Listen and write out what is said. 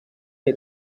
que